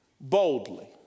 boldly